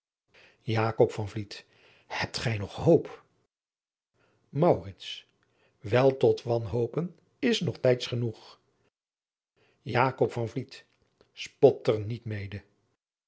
hebt gij nog hoop maurits wel tot wanhopen is nog tijds genoeg jakob van vliet spot er niet mede